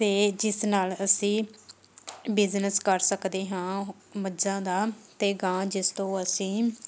ਅਤੇ ਜਿਸ ਨਾਲ਼ ਅਸੀਂ ਬਿਜ਼ਨਸ ਕਰ ਸਕਦੇ ਹਾਂ ਮੱਝਾਂ ਦਾ ਅਤੇ ਗਾਂ ਜਿਸ ਤੋਂ ਅਸੀਂ